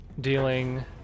Dealing